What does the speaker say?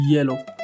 Yellow